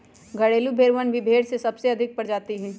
घरेलू भेड़वन भी भेड़ के सबसे अधिक प्रजाति हई